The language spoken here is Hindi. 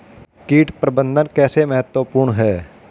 कीट प्रबंधन कैसे महत्वपूर्ण है?